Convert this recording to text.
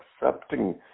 accepting